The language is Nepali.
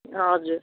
हजुर